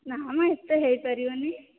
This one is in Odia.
ନା ମ ଏତେ ହୋଇପାରିବନି